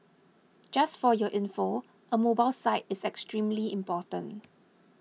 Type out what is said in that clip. just for your info a mobile site is extremely important